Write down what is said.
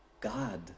God